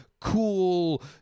cool